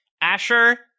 Asher